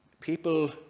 People